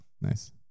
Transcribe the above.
Nice